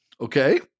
okay